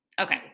Okay